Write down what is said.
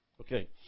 Okay